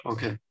Okay